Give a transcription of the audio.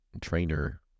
Trainer